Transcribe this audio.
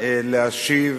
להשיב